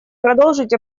продолжить